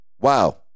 Wow